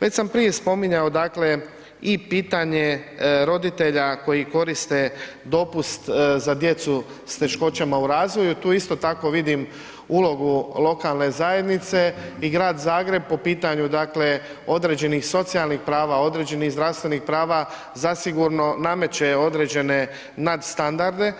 Već sam prije spominjao dakle i pitanje roditelja koji koriste dopust za djecu s teškoćama u razvoju, ti isto tako vidim ulogu lokalne zajednice i grad Zagreb po pitanju dakle, određenih socijalnih prava, određenih zdravstvenih prava zasigurno nameće određene nadstandarde